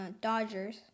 dodgers